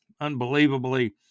unbelievably